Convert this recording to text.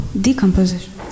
decomposition